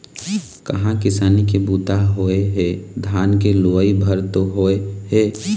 कहाँ किसानी के बूता ह होए हे, धान के लुवई भर तो होय हे